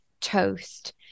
toast